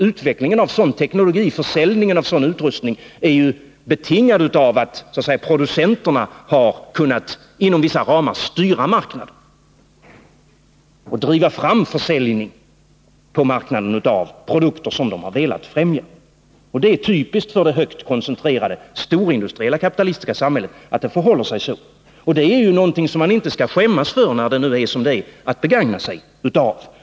Utvecklingen av sådan teknologi och försäljningen av sådan utrustning är ju betingad av att producenterna, inom vissa ramar, har kunnat styra marknaden och driva fram försäljning på marknaden av de produkter som de har velat främja. Detta är typiskt för det högt koncentrerade, storindustriella kapitalistiska samhället. Och man skall inte skämmas för att begagna sig av denna möjlighet, när nu förhållandet är sådant.